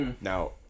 now